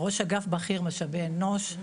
ראש אגף בכיר משאבי אנוש,